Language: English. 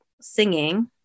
singing